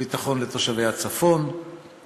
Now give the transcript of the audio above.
ביטחון לתושבי הצפון,